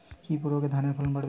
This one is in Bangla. কি প্রয়গে ধানের ফলন বাড়বে?